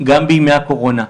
גם בימי הקורונה,